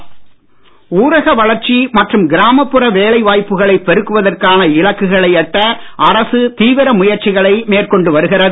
ஊரக வளர்ச்சி ஊரக வளர்ச்சி மற்றும் கிராமப்புற வேலை வாய்ப்புகளை பெருக்குவதற்கான இலக்குகளை எட்ட அரசு தீவிர முயற்சிகளை மேற்கொண்டு வருகிறது